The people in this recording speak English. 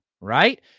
right